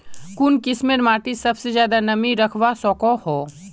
कुन किस्मेर माटी सबसे ज्यादा नमी रखवा सको हो?